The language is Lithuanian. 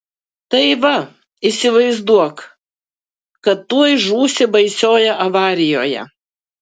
tai va įsivaizduok kad tuoj žūsi baisioje avarijoje